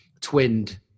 twinned